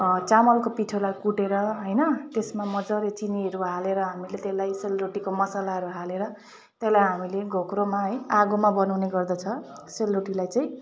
चामलको पिठोलाई कुटेर होइन त्यसमा मजाले चिनीहरू हालेर हामीले त्यसलाई सेलरोटीको मसालाहरू हालेर त्यसलाई हामीले घोक्रोमा है आगोमा बनाउने गर्दछ सेलरोटीलाई चाहिँ